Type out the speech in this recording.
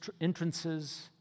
entrances